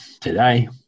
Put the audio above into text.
today